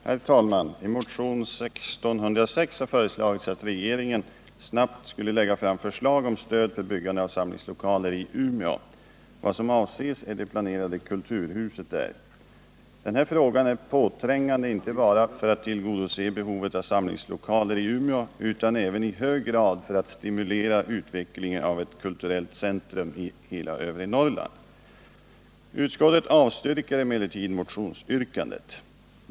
Herr talman! I motionen 1606 har föreslagits att regeringen snabbt skall lägga fram förslag om stöd för byggande av samlingslokaler i Umeå. Vad som avses är det planerade kulturhuset där. Denna fråga är påträngande inte bara för tillgodoseendet av behovet av samlingslokaler i Umeå utan även i hög grad för att stimulera utvecklingen av ett kulturellt centrum i hela övre Norrland. Utskottet avstyrker emellertid motionsyrkandet.